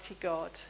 God